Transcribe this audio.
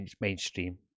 mainstream